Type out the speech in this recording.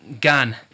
gun